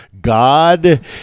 God